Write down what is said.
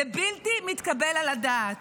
זה בלתי מתקבל על הדעת.